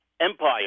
Empire